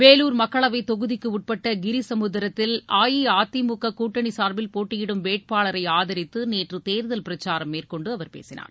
வேலூர் மக்களவைத் தொகுதிக்குட்பட்ட கிரிசமுத்திரத்தில் அஇஅதிமுக கூட்டணி சார்பில் போட்டியிடும் வேட்பாளரை ஆதரித்து நேற்று தேர்தல் பிரச்சாரம் மேற்கொண்டு அவர் பேசினார்